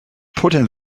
putting